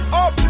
up